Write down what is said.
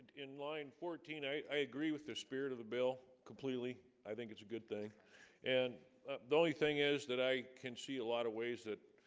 in line fourteen i i agree with the spirit of the bill completely. i think it's a good thing and the only thing is that i can see a lot of ways that